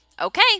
Okay